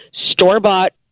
store-bought